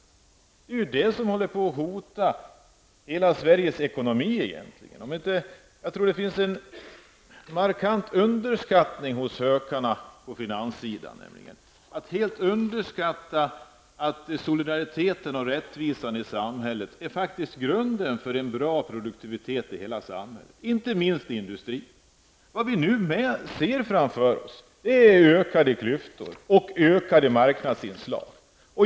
Det är egentligen detta som hotar hela Sveriges ekonomi. Jag tror att hökarna på finanssidan markant underskattar att solidariteten och rättvisan i samhället faktiskt är grunden för en bra produktivitet i hela samhället, inte minst i industrin. Det vi nu ser framför oss är ökade klyftor och ökade marknadsinslag.